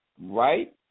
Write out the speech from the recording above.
right